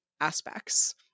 aspects